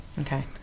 Okay